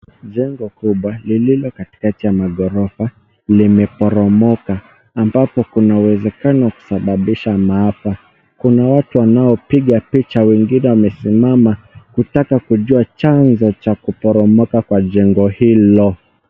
Jengo kubwa lililo katikati ya maghorofa limeporomoka ambapo kuna uwezekano wa kusababisha maafa. Kuna watu wanaopiga picha. Wengine wamesimama kutaka kujua chanzo cha kuporomoka kwa jengo hilo.